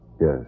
Yes